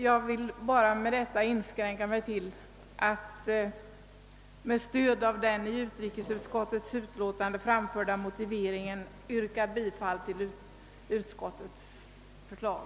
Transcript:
Jag vill därför inskränka mig till att med stöd av den i utrikesutskottets utlåtande framförda motiveringen yrka bifall till utskottets förslag.